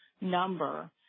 number